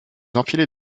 enfilez